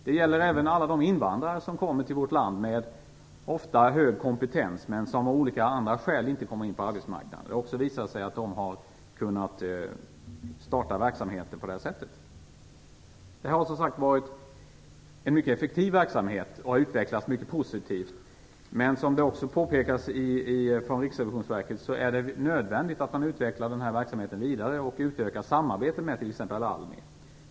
Det gäller även alla de invandrare som kommer till vårt land med ofta hög kompetens men som av olika skäl inte kommer in på arbetsmarknaden. Det har visat sig att också de har kunnat starta verksamheter på det sättet. Det har som sagt varit en mycket effektiv verksamhet som har utvecklats mycket positivt. Men som också har påpekats från Riksrevisionsverket är det nödvändigt att man utvecklar den här verksamheten vidare och utökar samarbetet med t.ex. ALMI.